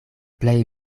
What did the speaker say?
plej